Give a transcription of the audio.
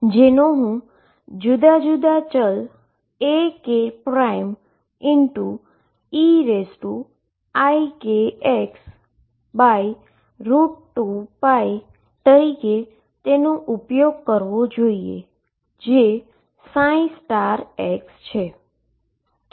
જેનો હુ જુદા જુદા વેરીએબલ Akeikx2π તરીકે નો ઉપયોગ કરવો જોઈએ જે છે